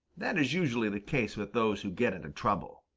that is usually the case with those who get into trouble